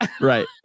Right